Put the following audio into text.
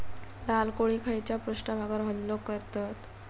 लाल कोळी खैच्या पृष्ठभागावर हल्लो करतत?